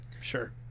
Sure